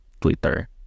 Twitter